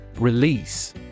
Release